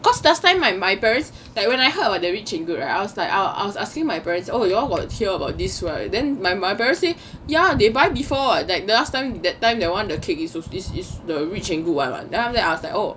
cause last time my my parents like when I heard about rich and good right I was like I was asking my parents oh you all want to hear about this way right then my my parents say ya they buy before like the last time that time the one the cake is is the rich and good one [what] then after that I was like oh